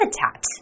habitat